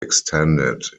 extended